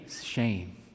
Shame